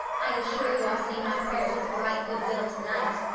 i assure you i'll say my prayers with a right good-will tonight.